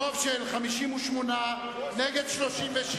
ברוב של 58, נגד, 36,